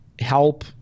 help